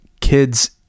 kids